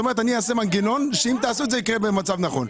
את אומרת: אני אעשה מנגנון שאם תעשה את זה הוא יקרה במצב נכון.